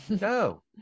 no